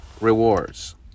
rewards